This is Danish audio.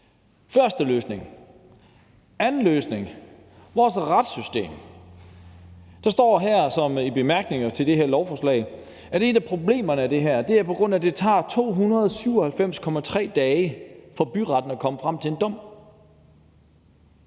første løsning. Den anden løsning angår vores retssystem. Der står i bemærkningerne til det her lovforslag, at et af problemerne i det her er, at det tager 297,3 dage for byretten at komme frem til en dom.